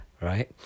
right